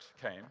came